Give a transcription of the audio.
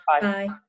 Bye